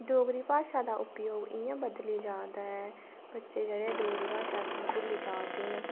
डोगरी भाशा दा उपयोग इं'या बदली जा दा ऐ बच्चे जेह्ड़े डोगरी भाशा भुल्ली जा दे न